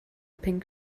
pink